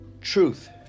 truth